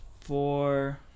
four